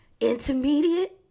intermediate